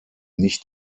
nicht